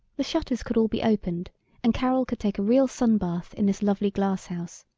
the shutters could all be opened and carol could take a real sun-bath in this lovely glass-house,